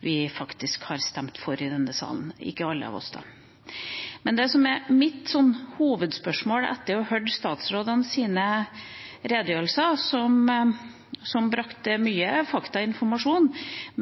vi faktisk har stemt for i denne salen – ikke alle av oss. Det som er mitt hovedspørsmål etter å ha hørt statsrådenes redegjørelser – som brakte mye faktainformasjon,